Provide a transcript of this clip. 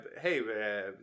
hey